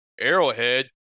Arrowhead